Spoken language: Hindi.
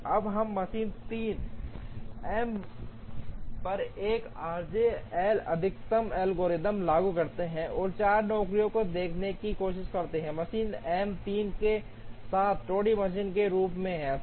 अब हम मशीन 3 एम पर 1 आरजे एल अधिकतम एल्गोरिथ्म लागू करते हैं और 4 नौकरियों को देखने की कोशिश करते हैं मशीन M 3 के साथ टोंटी मशीन के रूप में